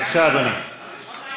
בבקשה, אדוני.